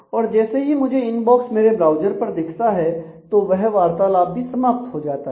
और जैसे ही मुझे इनबॉक्स मेरे ब्राउज़र पर दिखता है तो वह वार्तालाप भी समाप्त हो जाता है